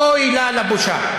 אוי לה לבושה.